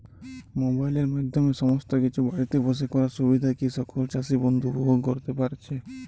মোবাইলের মাধ্যমে সমস্ত কিছু বাড়িতে বসে করার সুবিধা কি সকল চাষী বন্ধু উপভোগ করতে পারছে?